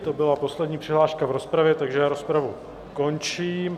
To byla poslední přihláška v rozpravě, takže rozpravu končím.